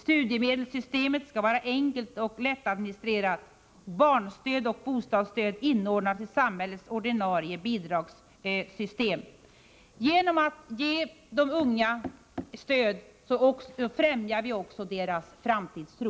Studiemedelssystemet skall vara enkelt och lättadministrerat. Barnstöd och bostadsstöd inordnas i samhällets ordinarie bidragssystem. Genom att ge de unga stöd främjar vi också deras framtidstro.